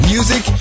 Music